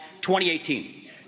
2018